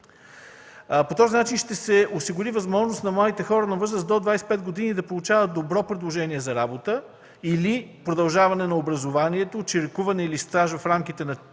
По този начин ще се осигури възможност на младите хора на възраст до 25 години да получават добро предложение за работа или продължаване на образованието, чиракуване или стаж в рамките на